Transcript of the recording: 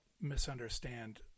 misunderstand